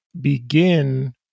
begin